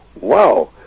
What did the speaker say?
Wow